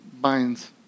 binds